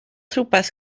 rhywbeth